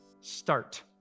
start